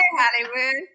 Hollywood